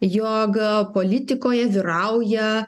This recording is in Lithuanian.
jog politikoje vyrauja